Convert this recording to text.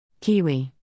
kiwi